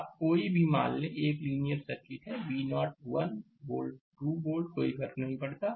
आप कोई भी मान लें यह एक लीनियर सर्किट है V0 1 वोल्ट 2 वोल्ट कोई फर्क नहीं पड़ता